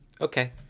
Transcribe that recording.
Okay